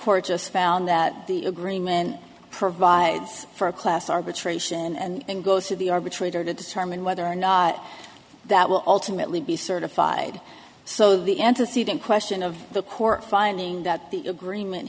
court just found that the agreement provides for a class arbitration and goes to the arbitrator to determine whether or not that will ultimately be certified so the antecedent question of the court finding that the agreement